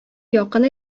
якын